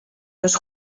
los